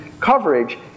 coverage